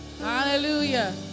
Hallelujah